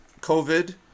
COVID